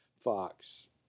Fox